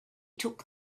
took